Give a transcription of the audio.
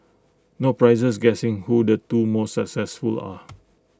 no prizes guessing who the two most successful are